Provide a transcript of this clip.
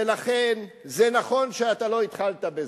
ולכן, זה נכון שאתה לא התחלת בזה,